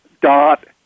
dot